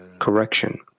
correction